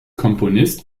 komponist